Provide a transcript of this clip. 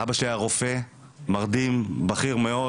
אבא שלי היה רופא מרדים בכיר מאוד,